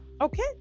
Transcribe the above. okay